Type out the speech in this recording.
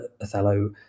othello